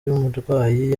y’umurwayi